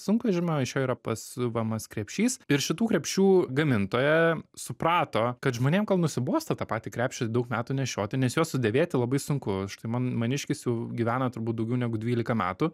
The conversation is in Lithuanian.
sunkvežimio iš jo yra pasiuvamas krepšys ir šitų krepšių gamintoja suprato kad žmonėm gal nusibosta tą patį krepšį daug metų nešioti nes juos sudėvėti labai sunku štai man maniškis jau v gyvena turbūt daugiau negu dvylika metų